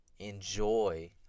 Enjoy